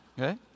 Okay